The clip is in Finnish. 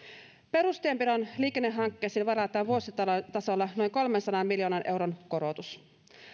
perustienpidon liikennehankkeisiin varataan vuositasolla noin kolmensadan miljoonan euron korotus